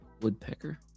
woodpecker